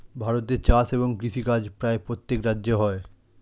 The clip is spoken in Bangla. ভারতে চাষ এবং কৃষিকাজ প্রায় প্রত্যেক রাজ্যে হয়